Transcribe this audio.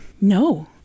No